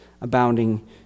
abounding